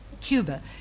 Cuba